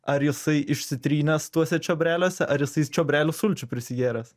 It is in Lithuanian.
ar jisai išsitrynęs tuose čiobreliuose ar jisai čiobrelių sulčių prisigėręs